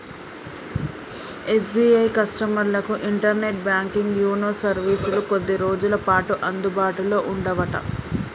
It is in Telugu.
ఎస్.బి.ఐ కస్టమర్లకు ఇంటర్నెట్ బ్యాంకింగ్ యూనో సర్వీసులు కొద్ది రోజులపాటు అందుబాటులో ఉండవట